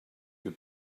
your